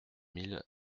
mille